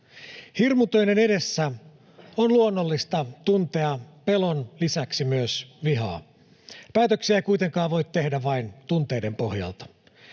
Hirmutöiden edessä on luonnollista tuntea pelon lisäksi myös vihaa. Päätöksiä ei kuitenkaan voi tehdä vain tunteiden pohjalta.